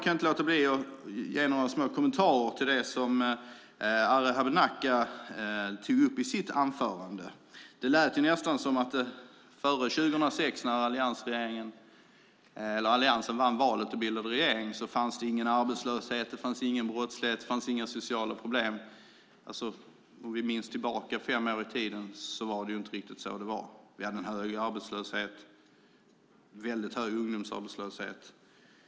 Jag kan inte låta bli att ge några små kommentarer till det som Arhe Hamednaca tog upp i sitt anförande. Det lät nästan som att före 2006, när Alliansen vann valet och bildade regering, fanns det ingen arbetslöshet, ingen brottslighet och inga sociala problem. Om vi minns tillbaka fem år i tiden så var det ju inte riktigt så det var. Vi hade en hög arbetslöshet och en väldigt hög ungdomsarbetslöshet.